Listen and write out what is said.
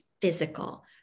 physical